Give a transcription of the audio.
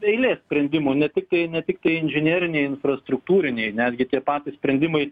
eilė sprendimų ne tiktai ne tiktai inžineriniai infrastruktūriniai netgi tie patys sprendimai